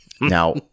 Now